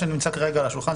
מה שנמצא כרגע על השולחן,